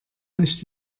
nicht